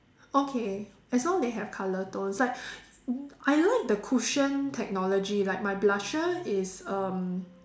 okay as long they have colour tone it's like I like the cushion technology like my blusher is um